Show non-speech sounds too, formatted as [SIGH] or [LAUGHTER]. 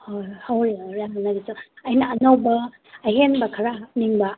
ꯍꯣꯏ ꯍꯧꯔꯤꯉꯩꯗ [UNINTELLIGIBLE] ꯑꯩꯅ ꯑꯉꯧꯕ ꯑꯍꯦꯟꯕ ꯈꯔ ꯍꯥꯞꯅꯤꯡꯕ